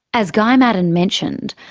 as guy maddern mentioned,